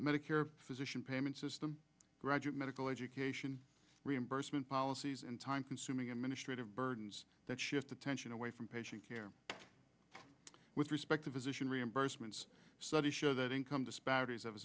medicare physician payment system graduate medical education reimbursement policies and time consuming administrative burdens that shift attention away from patient care with respect to physician reimbursement studies show that income disparities have a